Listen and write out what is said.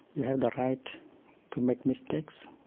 you have the right to make mistakes,